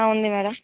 ఉంది మేడం